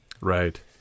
Right